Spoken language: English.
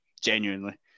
genuinely